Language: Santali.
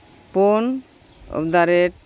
ᱯᱩᱱ ᱮᱴᱫᱟᱨᱮᱴ